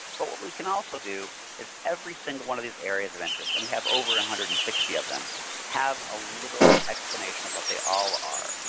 but what we can also do is every single one of these areas of interest and we have over one ah hundred and sixty of them have a little explanation of what they all are.